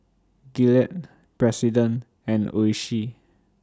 Gillette President and Oishi